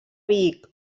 vic